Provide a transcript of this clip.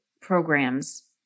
programs